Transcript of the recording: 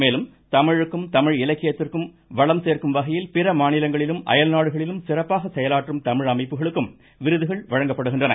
மேலும் தமிழுக்கும் தமிழ் இலக்கியத்திற்கும் வளம் சேர்க்கும் வகையில் பிற மாநிலங்களிலும் அயல்நாடுகளிலும் சிறப்பாக செயலாற்றும் தமிழ் அமைப்புகளுக்கும் விருதுகள் வழங்கப்படுகின்றன